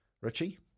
Richie